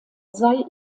sei